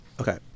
Okay